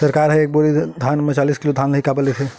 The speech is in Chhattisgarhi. सरकार एक बोरी धान म चालीस किलोग्राम धान ल ही काबर लेथे?